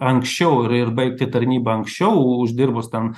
anksčiau ir ir baigti tarnybą anksčiau uždirbus ten